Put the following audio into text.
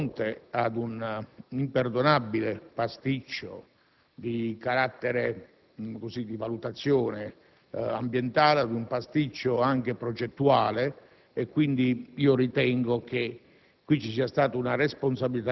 La verità è che ci troviamo di fronte ad un imperdonabile pasticcio di valutazione ambientale ed anche progettuale; quindi, io ritengo che